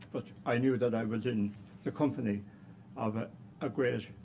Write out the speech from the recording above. but i knew that i was in the company of a ah great,